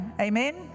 Amen